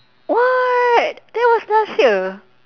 what that was last year